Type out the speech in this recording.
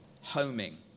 homing